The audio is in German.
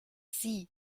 sie